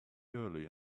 early